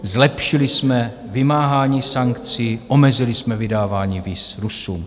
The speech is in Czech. Zlepšili jsme vymáhání sankcí, omezili jsme vydávání víz Rusům.